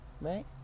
right